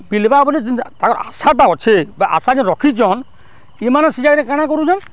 ମିଲ୍ବା ବଲି ଯେନ୍ ଆଶାଟେ ଅଛେ ବା ଆଶାଟେ ରଖିଚନ୍ ଇମାନେ ସେ ଜାଗାରେ କଣା କରୁଚନ୍